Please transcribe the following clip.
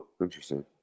Interesting